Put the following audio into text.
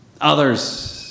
others